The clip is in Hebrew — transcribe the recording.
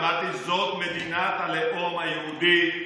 אמרתי שזאת מדינת הלאום היהודי.